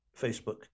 Facebook